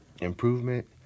improvement